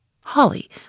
Holly